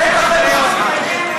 הממשלה,